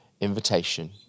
invitation